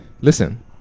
Listen